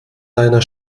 deiner